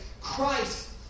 Christ